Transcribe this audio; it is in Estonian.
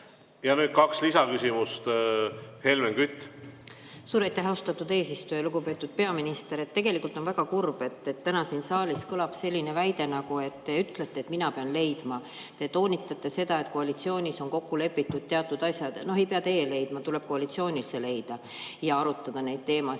Ja nüüd kaks lisaküsimust. Helmen Kütt. Suur aitäh, austatud eesistuja! Lugupeetud peaminister! Tegelikult on väga kurb, et täna siin saalis kõlab selline väide, nagu te ütlete, et mina pean leidma – te toonitate seda, et koalitsioonis on kokku lepitud teatud asjad. No ei pea teie leidma, tuleb koalitsioonil see leida ja arutada neid teemasid.